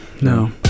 no